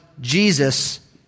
Jesus